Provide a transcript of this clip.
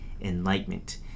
enlightenment